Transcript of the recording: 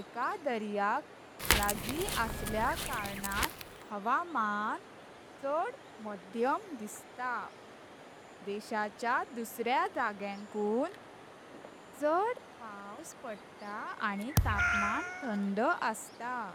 एका दर्याक लागी असल्या कारणां हावामान चड मध्यम दिसता। देशाच्या दुसऱ्या जायकुंण चड पावस पडता आनी तापमान थंड असता।